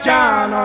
John